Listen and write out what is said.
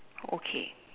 okay